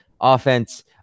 offense